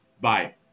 Bye